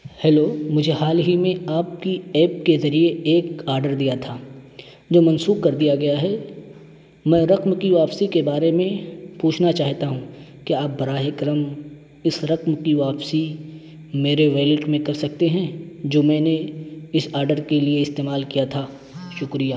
hello مجھے حال ہی میں آپ کی ایپ کے ذریعے ایک آڈر دیا تھا جو منسوخ کر دیا گیا ہے میں رقم کی واپسی کے بارے میں پوچھنا چاہتا ہوں کیا آپ براہ کرم اس رقم کی واپسی میرے ویلٹ میں کر سکتے ہیں جو میں نے اس آڈر کے لیے استعمال کیا تھا شکریہ